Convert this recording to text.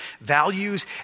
values